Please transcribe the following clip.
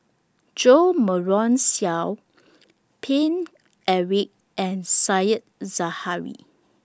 Jo Marion Seow Paine Eric and Said Zahari